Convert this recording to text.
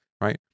right